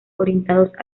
orientados